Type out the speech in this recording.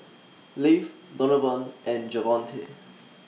Leif Donavon and Javonte